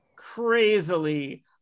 Crazily